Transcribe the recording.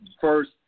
first